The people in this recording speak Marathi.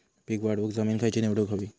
पीक वाढवूक जमीन खैची निवडुक हवी?